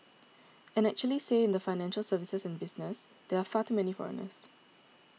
and actually say in the financial services and business there are far too many foreigners